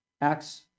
Acts